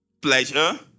pleasure